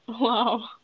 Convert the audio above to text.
Wow